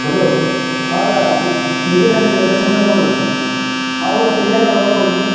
hello ହଁ ଦା ନିକିରାସ ରେଷ୍ଟୁରାଣ୍ଟରୁ କହୁଥିଲ ଗୋଟେ ପିଜ୍ଜାଟା ଅର୍ଡ଼ର୍ କରିଥିଲି